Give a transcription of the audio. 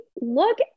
look